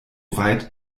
weit